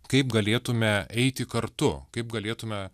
kaip galėtume eiti kartu kaip galėtume